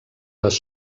les